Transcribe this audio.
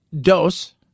dose